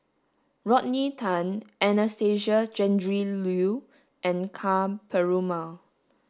Rodney Tan Anastasia Tjendri Liew and Ka Perumal